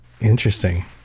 Interesting